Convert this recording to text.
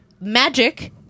Magic